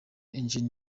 engine